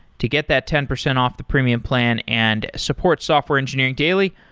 to get that ten percent off the premium plan and support software engineering daily,